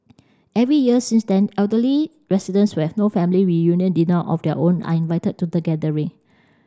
every year since then elderly residents who have no family reunion dinner of their own are invited to the gathering